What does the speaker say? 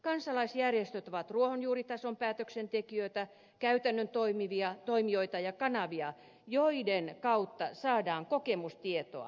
kansalaisjärjestöt ovat ruohonjuuritason päätöksentekijöitä käytännön toimijoita ja kanavia joiden kautta saadaan kokemustietoa